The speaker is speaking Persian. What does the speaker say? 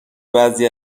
بعضی